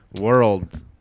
world